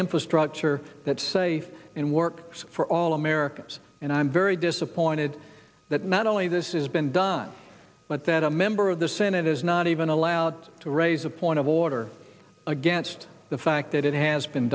infrastructure that say in works for all americans and i'm very disappointed that not only this is been done but that a member of the senate is not even allowed to raise a point of order against the fact that it has been